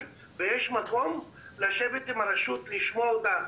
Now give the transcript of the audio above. אבל זה לא תורה מסיני ויש מקום לשבת עם הרשות כדי לשמוע אותה